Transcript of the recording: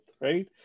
right